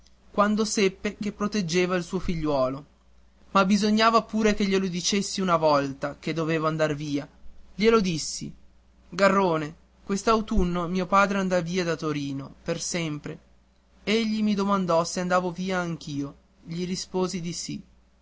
quando seppe che proteggeva il suo figliuolo ma bisognava pure che glielo dicessi una volta che dovevo andar via glielo dissi garrone quest'autunno mio padre andrà via da torino per sempre egli mi domandò se andavo via anch'io gli risposi di sì